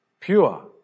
pure